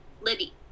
Libby